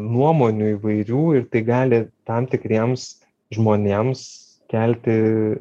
nuomonių įvairių ir tai gali tam tikriems žmonėms kelti